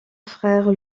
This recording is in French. frère